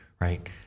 right